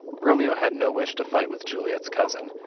romeo had no wish to fight with juliet's cousin,